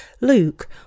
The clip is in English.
Luke